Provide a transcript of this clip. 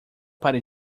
pare